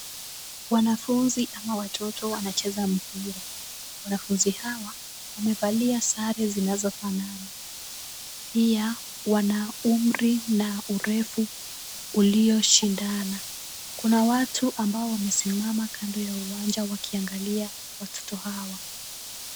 Wanafunzi ama watoto wanacheza mpira. Wanafunzi hawa wamevalia sare zinazofanana, pia wana umri na urefu ulioshindana. Kuna watu ambao wamesimama kando ya uwanja wakiangalia watoto hawa.